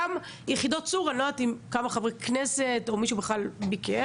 גם ביחידת צור אני לא יודעת כמה חברי כנסת או מישהו בכלל ביקר.